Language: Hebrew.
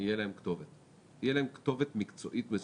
תהיה כתובת מקצועית מסודרת,